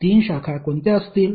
तीन शाखा कोणत्या असतील